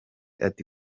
ati